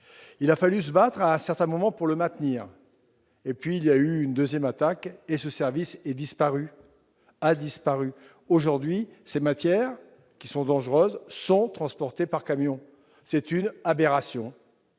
Il a fallu se battre à un certain moment pour le maintenir, puis il y a eu une seconde attaque, et ce service a disparu. Aujourd'hui, ces matières, qui sont dangereuses, sont transportées par camion : c'est une aberration